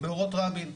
באורות רבין.